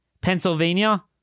Pennsylvania